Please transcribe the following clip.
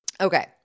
Okay